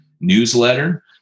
newsletter